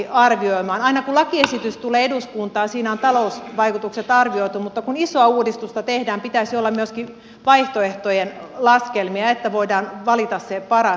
aina kun lakiesitys tulee eduskuntaan siinä on talousvaikutukset arvioitu mutta kun isoa uudistusta tehdään pitäisi olla myöskin vaihtoehtojen laskelmia että voidaan valita se paras